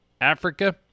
Africa